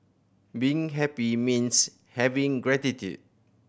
being happy means having gratitude